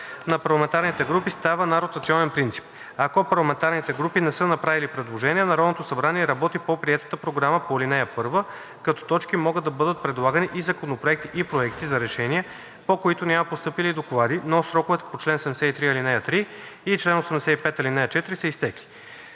на парламентарните групи става на ротационен принцип. Ако парламентарните групи не са направили предложения, Народното събрание работи по приетата програма по ал. 1. Като точки могат да бъдат предлагани и законопроекти и проекти за решения, по които няма постъпили доклади, но сроковете по чл. 73, ал. 3 и чл. 85, ал. 4 са изтекли.